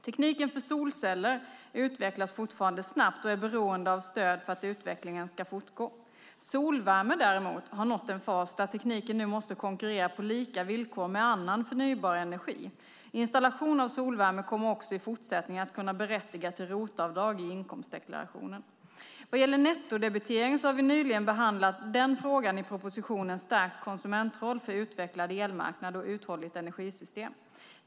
Tekniken för solceller utvecklas fortfarande snabbt och är beroende av stöd för att utvecklingen ska fortgå. Solvärme däremot har nått en fas där tekniken nu måste konkurrera på lika villkor med annan förnybar energi. Installation av solvärme kommer också i fortsättningen att kunna berättiga till ROT-avdrag i inkomstdeklarationen. Vad gäller nettodebitering har vi nyligen behandlat den frågan i propositionen Stärkt konsumentroll för utvecklad elmarknad och uthålligt energisystem .